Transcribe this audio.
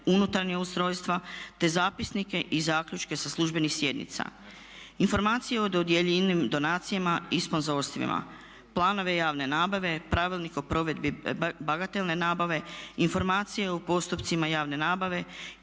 unutarnja ustrojstva te zapisnike i zaključke sa službenih sjednica. Informacije o dodijeljenim donacijama i sponzorstvima, planove javne nabave, pravilnik o provedbi bagatelne nabave, informacije u postupcima javne nabave